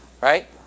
right